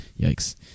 yikes